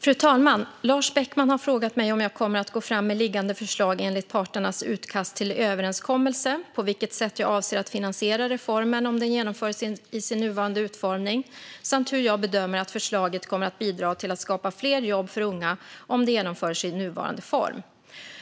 Fru talman! har frågat mig om jag kommer att gå fram med liggande förslag enligt parternas utkast till överenskommelse, på vilket sätt jag avser att finansiera reformen om den genomförs i sin nuvarande utformning samt hur jag bedömer att förslaget kommer att bidra till att skapa fler jobb för unga om det genomförs i nuvarande form.